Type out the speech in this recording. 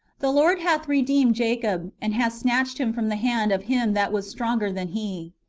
the lord hath redeemed jacob, and has snatched him from the hand of him that was stronger than he.